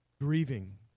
grieving